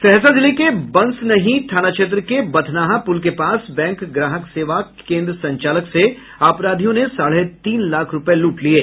सहरसा जिले के बंसनही थाना क्षेत्र के बथनाहा पूल के पास बैंक ग्राहक सेवा केन्द्र संचालक से अपराधियों ने साढ़े तीन लाख रूपये लूट लिये